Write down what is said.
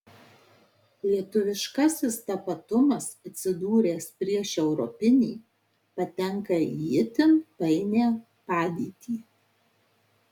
lietuviškasis tapatumas atsidūręs prieš europinį patenka į itin painią padėtį